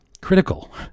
Critical